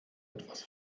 etwas